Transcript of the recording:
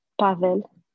Pavel